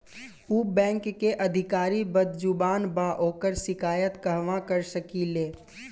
उ बैंक के अधिकारी बद्जुबान बा ओकर शिकायत कहवाँ कर सकी ले